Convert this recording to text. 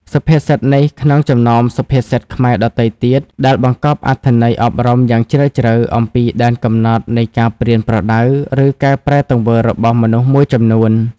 សុភាពសិតនេះក្នុងចំណោមសុភាសិតខ្មែរដទៃទៀត ដែលបង្កប់អត្ថន័យអប់រំយ៉ាងជ្រាលជ្រៅអំពីដែនកំណត់នៃការប្រៀនប្រដៅ ឬកែប្រែទង្វើរបស់មនុស្សមួយចំនួន។